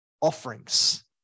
offerings